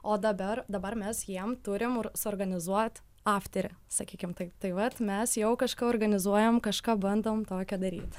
o dabar dabar mes jiem turim ir suorganizuot afterį sakykim tai tai vat mes jau kažką organizuojam kažką bandom tokio daryt